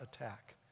attack